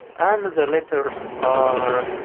and the letters are